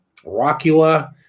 Rockula